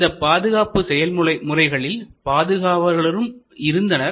இந்தப் பாதுகாப்பு செயல்முறைகளில் பாதுகாவலர்களும் இருந்தனர்